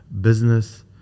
business